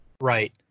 Right